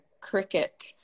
cricket